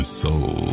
soul